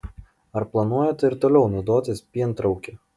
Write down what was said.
ar planuojate ir toliau naudotis pientraukiu